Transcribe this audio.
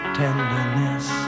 tenderness